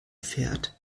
fährt